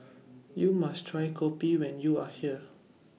YOU must Try Kopi when YOU Are here